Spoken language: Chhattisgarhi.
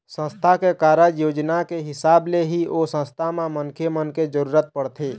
संस्था के कारज योजना के हिसाब ले ही ओ संस्था म मनखे मन के जरुरत पड़थे